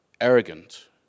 arrogant